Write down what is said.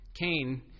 Cain